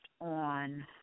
on